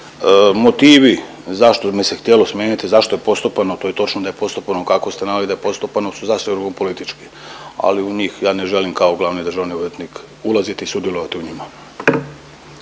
Motivi zašto me se htjelo smijeniti, zašto je postupano, to je točno da je postupano kako ste naveli da je postupano su …/Govornik se ne razumije./… politički, ali u njih ja ne želim kao glavni državni odvjetnik ulaziti i sudjelovati u njima.